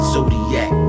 Zodiac